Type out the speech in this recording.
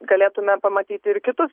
galėtume pamatyti ir kitus